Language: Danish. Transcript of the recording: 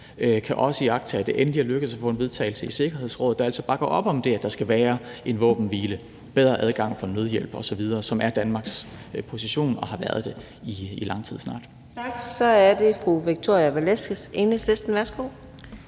kan også iagttage, at det endelig er lykkedes at få en vedtagelse i Sikkerhedsrådet, som altså bakker op om, at der skal være en våbenhvile, bedre adgang til nødhjælp osv., som er Danmarks position og har været det i lang tid snart. Kl. 17:41 Fjerde næstformand (Karina Adsbøl): Så er